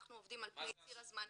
אנחנו עובדים על פני ציר הזמן.